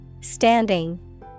Standing